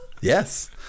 yes